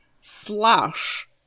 Slash